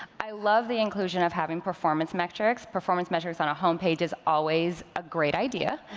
i love the inclusion of having performance metrics, performance metrics on a homepage is always a great idea.